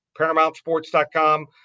paramountsports.com